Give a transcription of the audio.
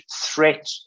threat